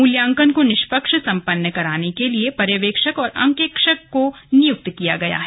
मूल्यांकन को निष्पक्ष सम्पन्न करने के लिए पर्यवेक्षक और अंकेक्षक को नियुक्त किया गया है